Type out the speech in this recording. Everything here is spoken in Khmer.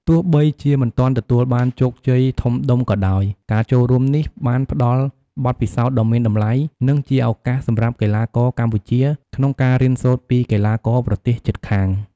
ទោះបីជាមិនទាន់ទទួលបានជោគជ័យធំដុំក៏ដោយ ការចូលរួមនេះបានផ្តល់បទពិសោធន៍ដ៏មានតម្លៃ និងជាឱកាសសម្រាប់កីឡាករកម្ពុជាក្នុងការរៀនសូត្រពីកីឡាករប្រទេសជិតខាង។